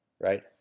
right